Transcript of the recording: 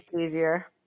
easier